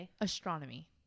Astronomy